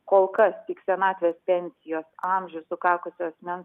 kol kas tik senatvės pensijos amžių sukakusio asmens